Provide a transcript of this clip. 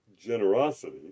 generosity